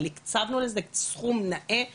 אבל, הקצבנו לזה סכום נאה מאוד.